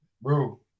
bro